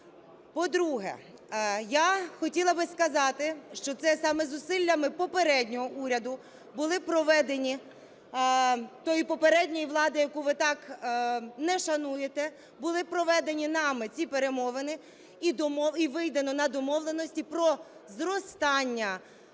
По-друге, я хотіла би сказати, що це саме зусиллями попереднього уряду були проведені, тої попередньої влади, яку ви так не шануєте, були проведені нами ці перемовини і вийдено на домовленості про зростання